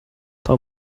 тоо